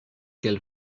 quelle